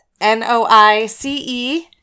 n-o-i-c-e